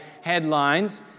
headlines